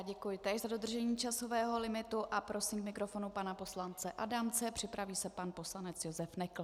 Děkuji též za dodržení časového limitu a prosím k mikrofonu pana poslance Adamce, připraví se pan poslanec Josef Nekl.